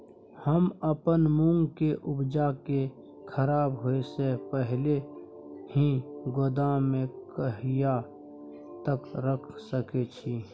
हम अपन मूंग के उपजा के खराब होय से पहिले ही गोदाम में कहिया तक रख सके छी?